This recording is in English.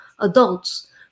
adults